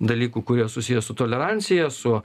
dalykų kurie susiję su tolerancija su